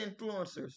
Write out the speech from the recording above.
influencers